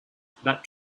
that